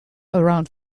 around